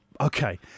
okay